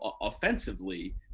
offensively